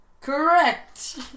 correct